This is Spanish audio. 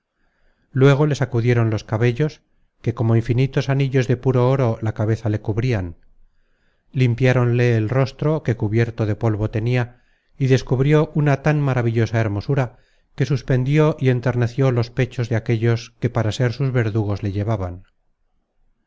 luego le sacudieron los cabellos que como infinitos anillos de puro oro la cabeza le cubrian limpiáronle el rostro que cubierto de polvo tenia y descubrió una tan maravillosa hermosura que suspendió y enterneció los pechos de aquellos que para ser sus verdugos le llevaban